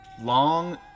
long